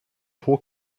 hoch